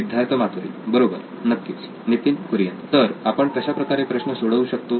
सिद्धार्थ मातुरी बरोबर नक्कीच नितीन कुरियन तर आपण कशाप्रकारे प्रश्न सोडवू शकतो